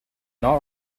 not